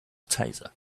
taser